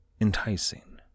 enticing